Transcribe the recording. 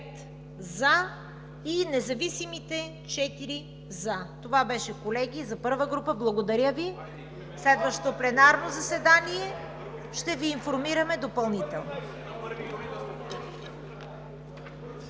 Нечленуващи в ПГ – 4 за. Това беше, колеги, за първа група. Благодаря Ви. За следващото пленарно заседание ще Ви информираме допълнително.